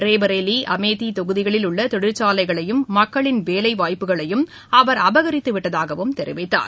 ரோபரலி அமேதிதொகுதிகளில் உள்ளதொழிற்சாலைகளையும் மக்களின் வேலைவாய்ப்புகளையும் அவர் அபகரித்துவிட்டதாகவும் கூறினார்